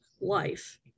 life